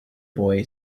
boy